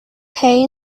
pay